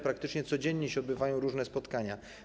Praktycznie codziennie odbywają się różne spotkania.